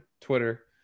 twitter